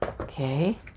Okay